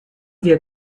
wir